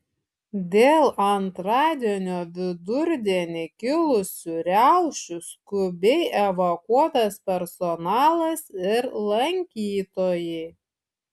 dėl antradienio vidurdienį kilusių riaušių skubiai evakuotas personalas ir lankytojai